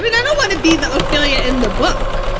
but i don't want to be the failure in the book.